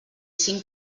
cinc